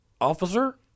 officer